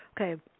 okay